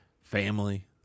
Family